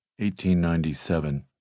1897